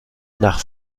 nach